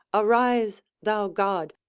arise, thou god,